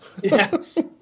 Yes